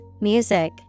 music